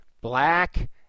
Black